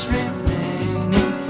remaining